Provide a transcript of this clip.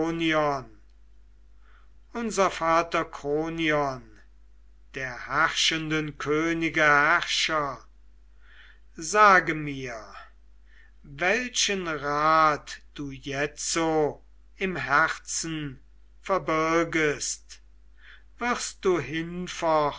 unser vater kronion der herrschenden könige herrscher sage mir welchen rat du jetzo im herzen verbirgest wirst du